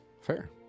Fair